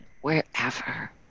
wherever